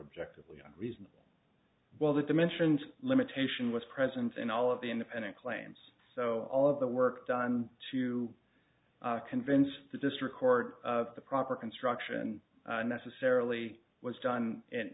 objective reasons well the dimensions limitation was present in all of the independent claims so all of the work done to convince the district court of the proper construction necessarily was done and